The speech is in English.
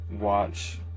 watch